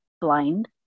blind